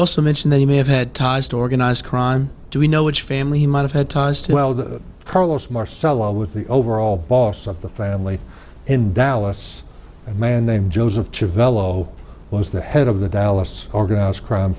also mentioned that he may have had ties to organized crime do we know which family might have had ties to the carlos marcello with the overall boss of the family in dallas a man named joseph chavanel was the head of the dallas organized crime